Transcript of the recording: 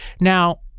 Now